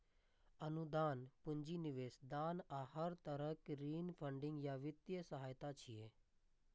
अनुदान, पूंजी निवेश, दान आ हर तरहक ऋण फंडिंग या वित्तीय सहायता छियै